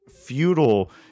feudal